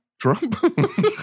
Trump